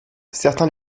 certains